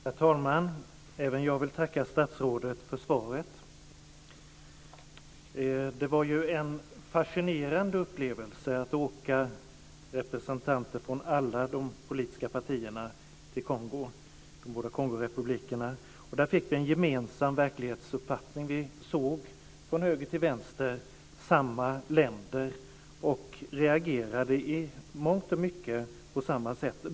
Herr talman! Även jag vill tacka statsrådet för svaret. Det var en fascinerande upplevelse för representanterna från alla de politiska partierna som åkte till de båda Kongorepublikerna. Där fick vi en gemensam verklighetsuppfattning. Vi såg, från höger till vänster, samma länder, och vi reagerade i mångt och mycket på samma sätt.